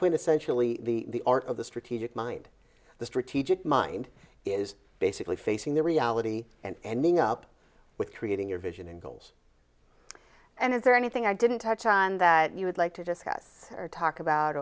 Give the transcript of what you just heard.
quintessentially the art of the strategic mind the strategic mind is basically facing the reality and being up with creating your vision and goals and is there anything i didn't touch on that you would like to discuss or talk about